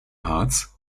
harz